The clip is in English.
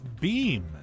Beam